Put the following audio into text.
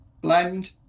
blend